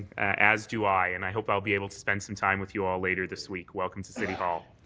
as do i, and i hope i'll be able to spend some time with you all later this week. welcome to city hall.